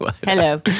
Hello